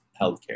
healthcare